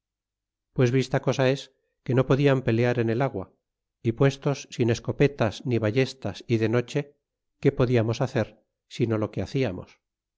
pues vista cosa es que no podian pelear en el agua y puestos sin escopetas ni ballestas y de noche qué podiamos hacer sino lo que haciamos